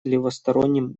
левосторонним